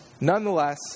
Nonetheless